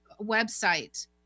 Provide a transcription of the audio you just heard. website